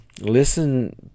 Listen